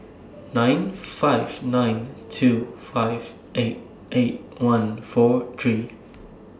nine five nine two five eight eight one four three